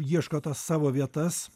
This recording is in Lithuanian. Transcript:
ieško tas savo vietas